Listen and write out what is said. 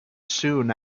soon